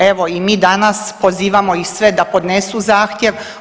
Evo i mi danas pozivamo ih sve da podnesu zahtjev.